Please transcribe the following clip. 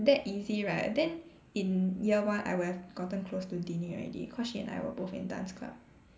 that easy right then in year one I would have gotten close to Deeney already cause she and I were both in dance club